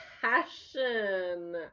passion